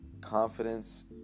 Confidence